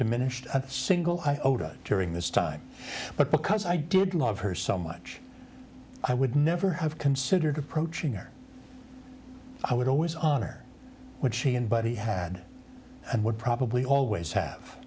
diminished a single iota during this time but because i did love her so much i would never have considered approaching her i would always honor what she and buddy had and would probably always have